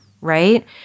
right